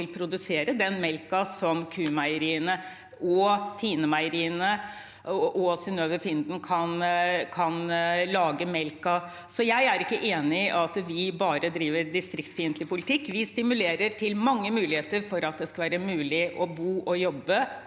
produsere den melken som Q-meieriene, Tine og Synnøve Finden kan lage melkeprodukter av. Så jeg er ikke enig i at vi bare driver distriktsfiendtlig politikk. Vi stimulerer til mange muligheter for at det skal være mulig å bo og jobbe